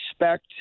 respect